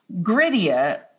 grittier